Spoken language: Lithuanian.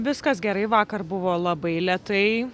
viskas gerai vakar buvo labai lėtai